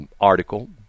article